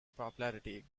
popularity